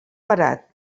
barat